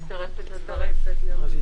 אני מצטרפת לדברים.